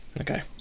Okay